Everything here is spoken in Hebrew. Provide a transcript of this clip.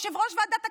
יושב-ראש ועדת הכלכלה,